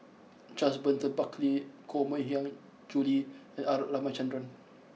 Charles Burton Buckley Koh Mui Hiang Julie and R Ramachandran